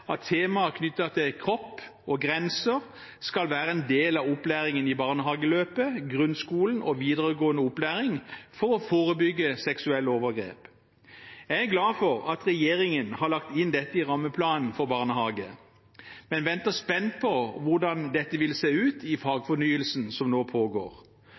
at tema knyttet til kropp og grenser skal være en del av opplæringen i barnehageløpet, i grunnskolen og i videregående opplæring for å forebygge seksuelle overgrep. Jeg er glad for at regjeringen har lagt inn dette i rammeplanen for barnehager, men venter spent på hvordan dette vil se ut i den fagfornyelsen som nå pågår.